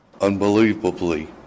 Unbelievably